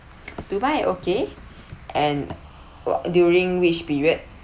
dubai okay and wh~ during which period